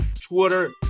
Twitter